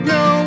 no